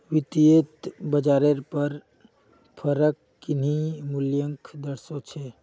वित्तयेत बाजारेर पर फरक किन्ही मूल्योंक दर्शा छे